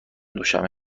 دوشنبه